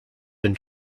been